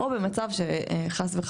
או במצב שחלילה,